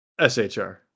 SHR